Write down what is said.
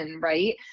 right